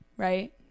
right